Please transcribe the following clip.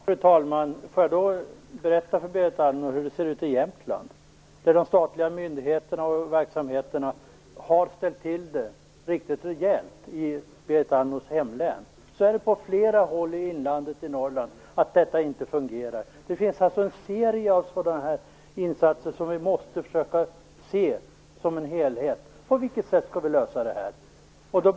Fru talman! Jag kan då berätta för Berit Andnor hur det ser ut i Jämtland. De statliga myndigheterna och verksamheterna har ställt till det riktigt rejält i Berit Andnors hemlän. Det är så på flera håll i inlandet i Norrland, att detta inte fungerar. Det finns en serie av sådana här insatser som vi måste försöka se som en helhet. På vilket sätt skall vi lösa det här?